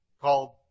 called